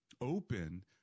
open